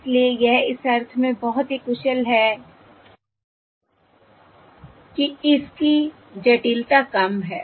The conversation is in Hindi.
इसलिए यह इस अर्थ में बहुत ही कुशल है कि इसकी जटिलता कम है